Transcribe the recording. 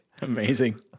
Amazing